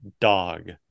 dog